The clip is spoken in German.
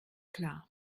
klar